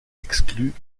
exclut